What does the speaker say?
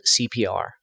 CPR